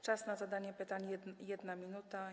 Czas na zadanie pytania - 1 minuta.